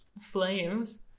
flames